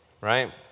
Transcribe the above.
Right